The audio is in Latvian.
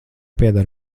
pieder